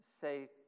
say